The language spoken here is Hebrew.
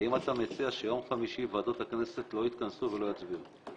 האם אתה מציע שביום חמישי ועדות הכנסת לא יתכנסו ולא יצביעו?